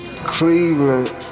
Cleveland